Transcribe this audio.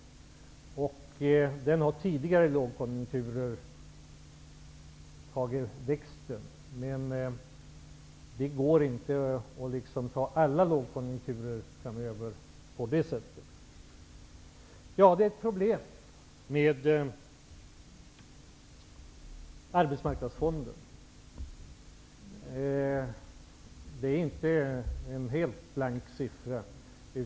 Den har under tidigare lågkonjunkturer växt. Men det går inte framöver att motverka alla lågkonjunkturer på det sättet. Arbetsmarknadsfonden är ett problem. Det är inte en helt blank siffra.